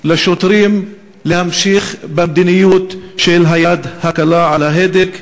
לשוטרים להמשיך במדיניות של היד הקלה על ההדק.